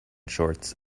shorts